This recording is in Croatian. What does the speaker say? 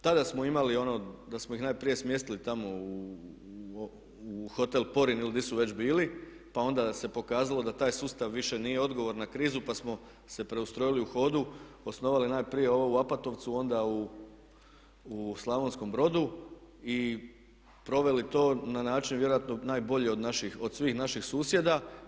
Tada smo imali ono da smo ih najprije smjestili tamo u hotel "Porin" ili gdje su već bili pa onda se pokazalo da taj sustav više nije odgovor na krizu pa smo se preustrojili u hodu, osnovali najprije ovo u Opatovcu, a onda u Slavonskom Brodu i proveli to na način vjerojatno najbolji od svih naših susjeda.